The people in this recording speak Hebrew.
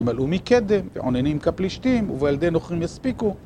מלאו מקדם ועוננים כפלישתים ובילדי נכרים ישפיקו